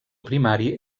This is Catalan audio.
primari